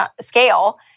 scale